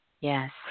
Yes